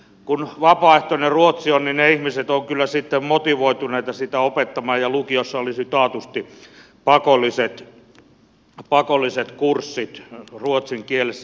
kun ruotsi on vapaaehtoinen niin ne ihmiset ovat kyllä sitten motivoituneita sitä oppimaan ja lukiossa olisi taatusti pakolliset kurssit ruotsin kielessä